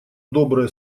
добрые